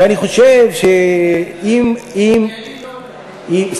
ואני חושב שאם, דיינים.